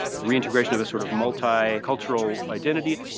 the reintegration of a sort of multi cultural identity,